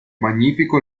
magnifico